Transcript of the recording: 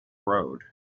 road